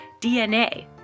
DNA